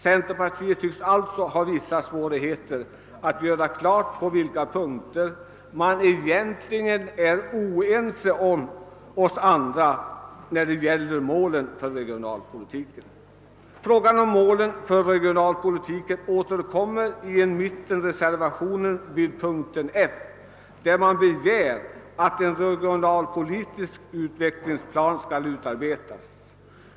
Centerpartiet tycks alltså ha vissa svårigheter att göra klart på vilka punkter man egentligen är oense med oss andra när det gäller målen för regionalpolitiken. Frågan om målen för regionalpolitiken återkommer i en mittenpartireservation vid punkten F där man begär att en = regionalpolitisk utvecklingsplan skall utarbetas.